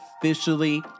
officially